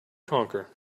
conquer